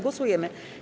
Głosujemy.